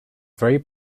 very